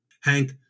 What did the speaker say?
Hank